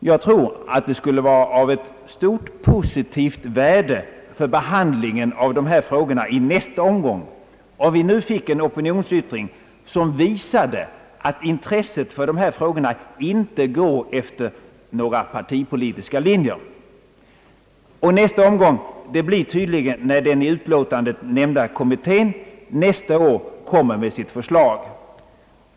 Jag tror att det skulle vara av stort positivt värde för behandlingen av dessa frågor i nästa omgång, om vi nu fick en opinionsyttring som visade att intresset för dessa angelägenheter inte går efter några partipolitiska linjer. Nästa omgång blir tydligen när den i utlåtandet nämnda kommittén nästa år kommer med sitt förslag.